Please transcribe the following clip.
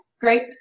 great